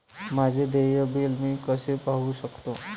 माझे देय बिल मी कसे पाहू शकतो?